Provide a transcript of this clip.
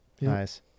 nice